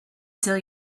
till